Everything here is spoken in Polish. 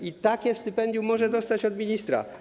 I takie stypendium może dostać od ministra.